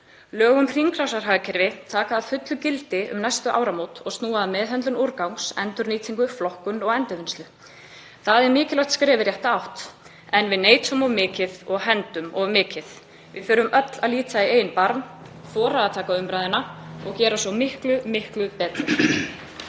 Lög um hringrásarhagkerfið taka að fullu gildi um næstu áramót og snúa að meðhöndlun úrgangs, endurnýtingu, flokkun og endurvinnslu. Það er mikilvægt skref í rétta átt en við neytum of mikils og hendum of miklu. Við þurfum öll að líta í eigin barm, þora að taka umræðuna og gera svo miklu betur.